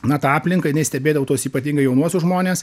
na tą aplinką jinai stebėdavo tuos ypatingai jaunuosius žmones